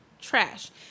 trash